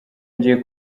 ngiye